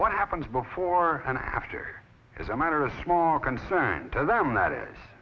what happens before and after is a matter of small concern to them that i